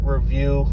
review